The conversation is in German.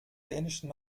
dänischen